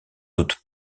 doute